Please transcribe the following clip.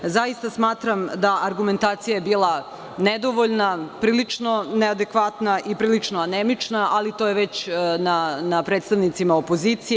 Zaista smatram da je argumentacija bila nedovoljna, prilično neadekvatna i prilično anemična, ali to je već na predstavnicima opozicije.